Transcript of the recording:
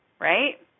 right